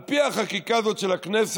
על פי החקיקה הזאת של הכנסת,